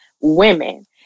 women